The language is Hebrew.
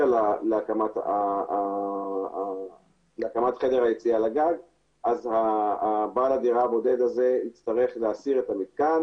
להקמת חדר היציאה לגג אז בעל הדירה הבודד הזה יצטרך להסיר את המתקן,